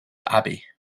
abbey